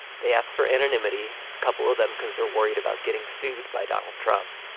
they asked for anonymity, a couple of them because they're worried about getting sued by donald trump.